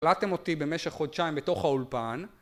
הקלטתם אותי במשך חודשיים בתוך האולפן